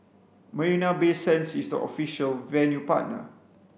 Marina Bay Sands is the official venue partner